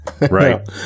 Right